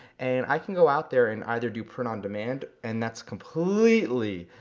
and i can go out there and either do print on-demand, and that's completely,